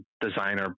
designer